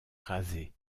rasés